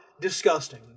disgusting